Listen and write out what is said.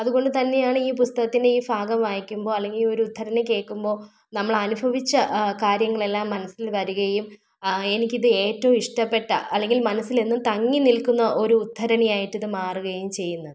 അതുകൊണ്ട് തന്നെയാണ് ഈ പുസ്തകത്തിൻ്റെ ഈ ഭാഗം വായിക്കുമ്പോൾ അല്ലെങ്കിൽ ഈ ഒരു ഉദ്ധരണി കേൾക്കുമ്പോൾ നമ്മൾ അനുഭവിച്ച ആ കാര്യങ്ങളെല്ലാം മനസ്സിൽ വരികയും എനിക്കിത് ഏറ്റവും ഇഷ്ടപ്പെട്ട അല്ലെങ്കിൽ മനസ്സിൽ എന്നും തങ്ങി നിൽക്കുന്ന ഒരു ഉദ്ധരിണിയായിട്ട് ഇത് മാറുകയും ചെയ്യുന്നത്